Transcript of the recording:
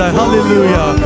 hallelujah